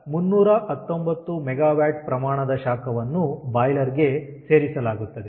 ಆದ್ದರಿಂದ 319MW ಪ್ರಮಾಣದ ಶಾಖವನ್ನು ಬಾಯ್ಲರ್ ಗೆ ಸೇರಿಸಲಾಗುತ್ತದೆ